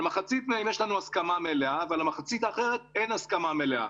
על מחצית מהן יש לנו הסכמה מלאה ועל המחצית האחרת אין הסכמה מלאה.